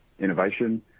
innovation